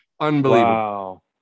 unbelievable